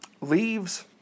leaves